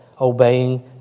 obeying